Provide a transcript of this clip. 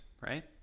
right